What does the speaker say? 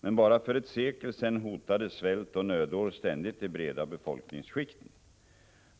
Men bara för ett sekel sedan hotade svält och nödår ständigt de breda befolkningsskikten.